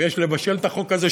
ויש לבשל את החוק הזה,